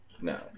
no